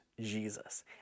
jesus